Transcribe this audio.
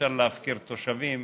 אי-אפשר להפקיר תושבים